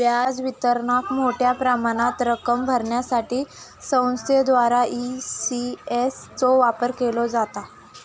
व्याज वितरणाक मोठ्या प्रमाणात रक्कम भरण्यासाठी संस्थांद्वारा ई.सी.एस चो वापर केलो जाता